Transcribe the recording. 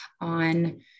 on